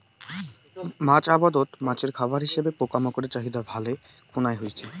মাছ আবাদত মাছের খাবার হিসাবে পোকামাকড়ের চাহিদা ভালে খুনায় হইচে